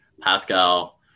Pascal